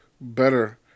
better